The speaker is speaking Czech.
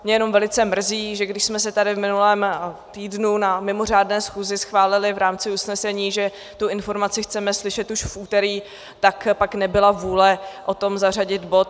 Mě jenom velice mrzí, že když jsme si tady v minulém týdnu na mimořádné schůzi schválili v rámci usnesení, že tu informaci chceme slyšet už v úterý, tak pak nebyla vůle zařadit bod.